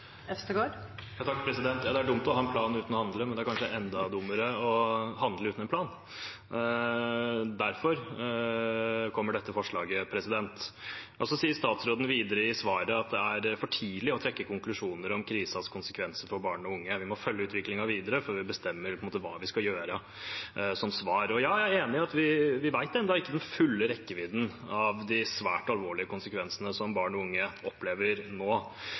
Det er dumt å ha en plan uten å handle, men det er kanskje enda dummere å handle uten en plan. Derfor kommer dette forslaget. Statsråden sier videre i svaret at det er for tidlig å trekke konkusjoner om krisens konsekvenser for barn og unge, vi må følge utviklingen videre før vi bestemmer hva vi skal gjøre. Jeg er enig i at vi ennå ikke vet den fulle rekkevidden av de svært alvorlige konsekvensene som barn og unge opplever nå,